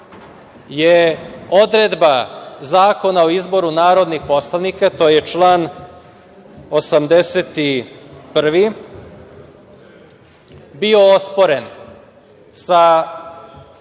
je odredba Zakona o izboru narodnih poslanika, to je član 81. bio osporen sa